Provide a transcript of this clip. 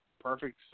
perfect